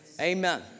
Amen